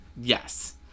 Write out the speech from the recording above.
Yes